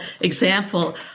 example